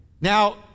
Now